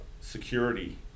security